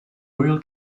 royal